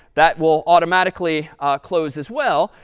that will automatically close as well.